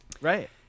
Right